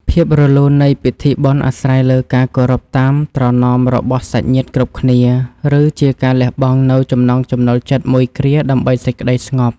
ភាពរលូននៃពិធីបុណ្យអាស្រ័យលើការគោរពតាមត្រណមរបស់សាច់ញាតិគ្រប់គ្នា ឬជាការលះបង់នូវចំណង់ចំណូលចិត្តមួយគ្រាដើម្បីសេចក្តីស្ងប់។